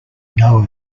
know